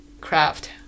craft